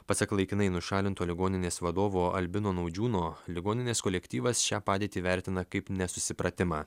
pasak laikinai nušalinto ligoninės vadovo albino naudžiūno ligoninės kolektyvas šią padėtį vertina kaip nesusipratimą